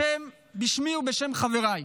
בשמי ובשם חבריי,